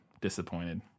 disappointed